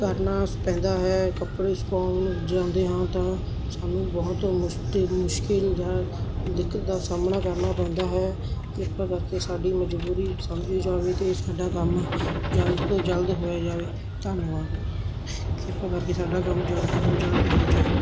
ਕਰਨਾ ਪੈਂਦਾ ਹੈ ਕੱਪੜੇ ਸੁਕਾਉਣ ਜਾਂਦੇ ਹਾਂ ਤਾਂ ਸਾਨੂੰ ਬਹੁਤ ਮੁਸ਼ਕਿਲ ਮੁਸ਼ਕਿਲ ਜਾਂ ਦਿੱਕਤ ਸਾਹਮਣਾ ਕਰਨਾ ਪੈਂਦਾ ਹੈ ਕਿਰਪਾ ਕਰਕੇ ਸਾਡੀ ਮਜਬੂਰੀ ਸਮਝੀ ਜਾਵੇ ਅਤੇ ਸਾਡਾ ਕੰਮ ਜਲਦ ਤੋਂ ਜਲਦ ਹੋ ਜਾਏ ਧੰਨਵਾਦ ਕਿਰਪਾ ਕਰਕੇ ਸਾਡਾ ਕੰਮ ਜਲਦ ਤੋਂ ਜਲਦ ਹੋ ਜਾਏ